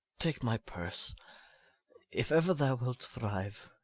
take my purse if ever thou wilt thrive,